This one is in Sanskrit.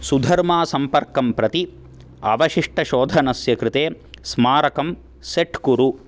सुधर्मा सम्पर्कं प्रति अवशिष्टशोधनस्य कृते स्मारकं सेट् कुरु